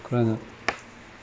correct or not